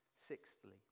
Sixthly